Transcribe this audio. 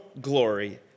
glory